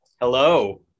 Hello